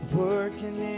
working